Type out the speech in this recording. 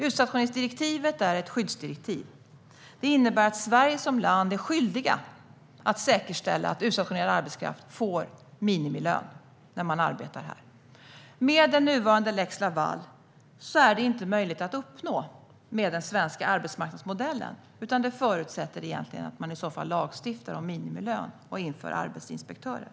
Utstationeringsdirektivet är ett skyddsdirektiv. Det innebär att Sverige som land är skyldigt att säkerställa att utstationerad arbetskraft får minimilön när man arbetar här. Med den nuvarande lex Laval är detta inte möjligt att uppnå med den svenska arbetsmarknadsmodellen, utan det förutsätter att man i så fall lagstiftar om minimilön och inför arbetsinspektörer.